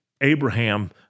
Abraham